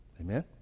Amen